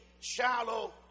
shallow